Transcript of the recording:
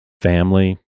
family